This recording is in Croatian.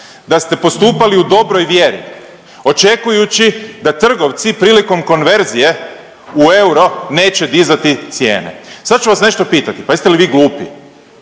da ste postupali u dobroj vjeri očekujući da trgovci prilikom konverzije u euro neće dizati cijene. Sad ću vas nešto pitati. Pa jeste li vi glupi?